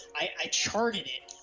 i charted it,